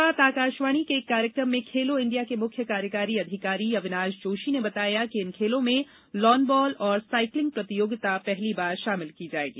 कल रात आकाशवाणी के एक कार्यक्रम में खेलो इंडिया के मुख्य कार्यकारी अधिकारी अविनाश जोशी ने बताया कि इन खेलों में लॉन बॉल और साइकलिंग प्रतियोगिता पहली बार शामिल की जायेगी